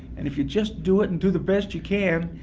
and if you just do it and do the best you can,